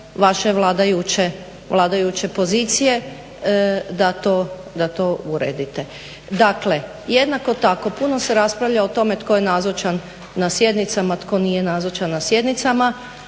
vaše vladajuće pozicije, da to uredite. Dakle jednako tako, puno se raspravlja o tome tko je nazočan na sjednicama, tko nije nazočan na sjednicama,